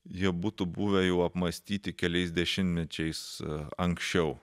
jie būtų buvę jau apmąstyti keliais dešimtmečiais anksčiau